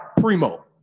Primo